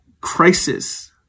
crisis